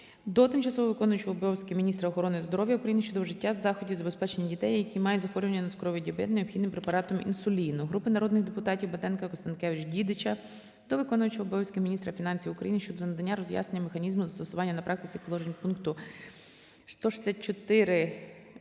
до тимчасово виконуючої обов'язки міністра охорони здоров'я України щодо вжиття заходів забезпечення дітей, які мають захворювання на цукровий діабет необхідним препаратом інсуліну. Групи народних депутатів (Батенка, Констанкевич, Дідича) до виконувача обов'язків міністра фінансів України щодо надання роз'яснення механізму застосування на практиці положень пункту 168.4.9.